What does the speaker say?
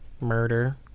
murder